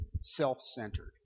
self-centered